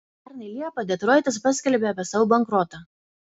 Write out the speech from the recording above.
pernai liepą detroitas paskelbė apie savo bankrotą